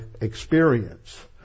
experience